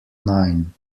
nine